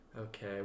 okay